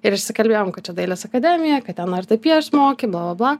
ir išsikalbėjom kad čia dailės akademija kad ten ar tai piešt moki blablabla